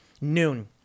noon